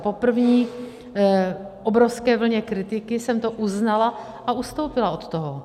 Po obrovské vlně kritiky jsem to uznala a ustoupila od toho.